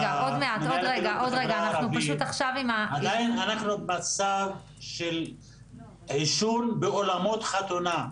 אנחנו במצב של עישון באולמות חתונה.